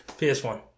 PS1